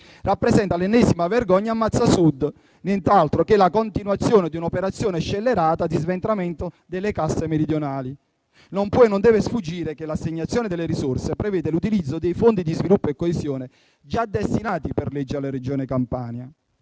costituisce l'ennesima vergogna ammazza Sud, nient'altro che la continuazione di un'operazione scellerata di sventramento delle casse meridionali. Non può e non deve sfuggire che l'assegnazione delle risorse prevede l'utilizzo dei fondi di sviluppo e coesione già destinati per legge alla Regione Campania: